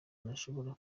ntashobora